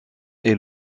est